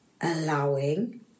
allowing